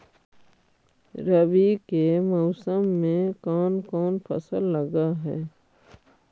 रवि के मौसम में कोन कोन फसल लग है?